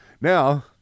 Now